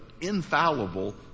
infallible